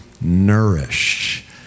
nourish